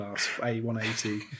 A180